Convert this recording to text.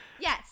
Yes